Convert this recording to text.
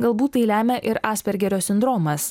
galbūt tai lemia ir aspergerio sindromas